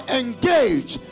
engage